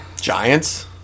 Giants